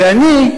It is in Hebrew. ואני,